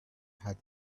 had